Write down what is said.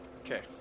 Okay